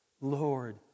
Lord